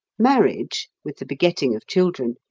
marriage, with the begetting of children,